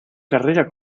carrera